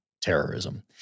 terrorism